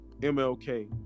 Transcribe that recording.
MLK